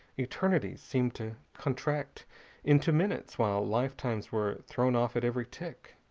eternities seemed to contract into minutes while lifetimes were thrown off at every tick.